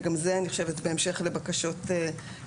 וגם זה אני חושבת בהמשך לבקשות שהגשתם,